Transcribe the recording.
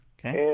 Okay